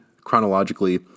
chronologically